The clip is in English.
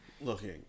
Looking